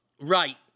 right